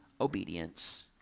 obedience